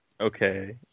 Okay